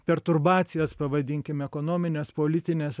perturbacijas pavadinkim ekonomines politines